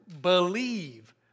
believe